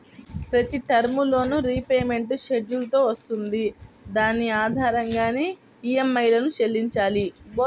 ప్రతి term loan repayment schedule తో వస్తుంది దాని ఆధారంగానే ఈఎంఐలను చెల్లించాలి